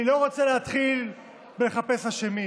אני לא רוצה להתחיל לחפש אשמים,